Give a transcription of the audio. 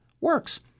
works